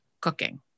cooking